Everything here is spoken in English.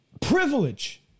privilege